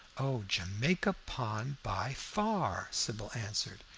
oh, jamaica pond, by far, sybil answered,